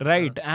Right